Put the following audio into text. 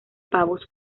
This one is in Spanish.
pavos